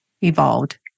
evolved